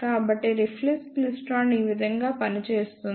కాబట్టి reflex klystron ఈ విధంగా పనిచేస్తుంది